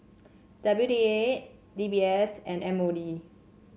W D A D B S and M O D